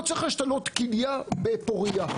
לא צריך השתלות כליה בפוריה,